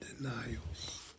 denials